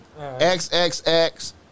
XXX